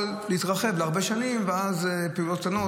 או גישה להתרחב להרבה שנים ואז בפעולות קטנות.